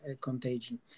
contagion